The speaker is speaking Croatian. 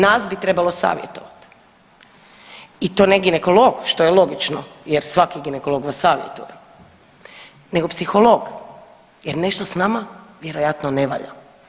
Nas bi trebalo savjetovati i to ne ginekolog što je logično, jer svaki ginekolog vas savjetuje nego psiholog jer nešto s nama vjerojatno ne valja.